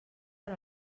per